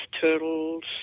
turtles